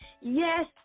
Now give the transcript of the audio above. Yes